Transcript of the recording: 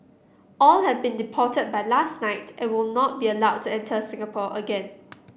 all have been deported by last night and will not be allowed to enter Singapore again